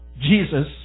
Jesus